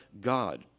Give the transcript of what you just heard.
God